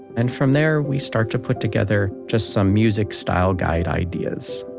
and from there, we start to put together just some music style guide ideas.